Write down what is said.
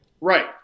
Right